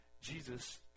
Jesus